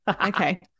Okay